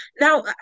Now